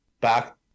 back